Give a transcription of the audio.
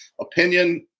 opinion